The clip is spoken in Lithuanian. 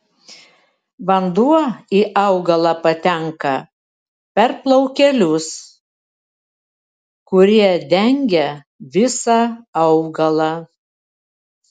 vanduo į augalą patenka per plaukelius kurie dengia visą augalą